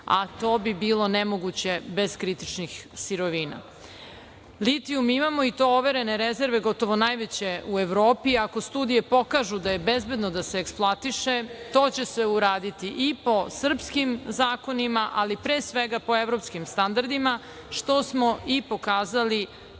a to bi bilo nemoguće bez kritičnih sirovina. Litijum imamo, i to overene rezerve, gotovo najveće u Evropi. Ako studije pokažu da je bezbedno da se eksploatiše, to će se uraditi i po srpskim zakonima, ali pre svega po evropskim standardima, što smo i pokazali,